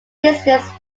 business